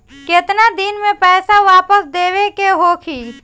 केतना दिन में पैसा वापस देवे के होखी?